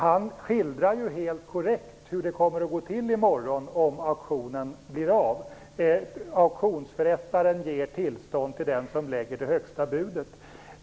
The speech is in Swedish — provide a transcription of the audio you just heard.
Han skildrar helt korrekt hur det kommer att gå till i morgon om auktionen blir av. Auktionsförrättaren ger tillstånd till den som lägger det högsta budet.